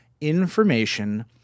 information